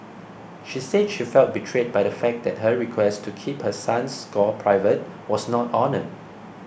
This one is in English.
she said she felt betrayed by the fact that her request to keep her son's score private was not honoured